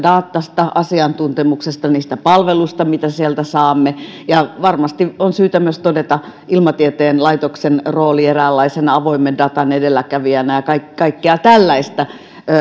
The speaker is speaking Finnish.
datasta asiantuntemuksesta niistä palveluista mitä sieltä saamme ja varmasti on syytä todeta ilmatieteen laitoksen rooli myös eräänlaisena avoimen datan edelläkävijänä ja kaikkea tällaista